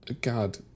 God